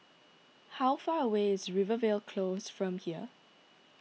how far away is Rivervale Close from here